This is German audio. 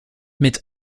mit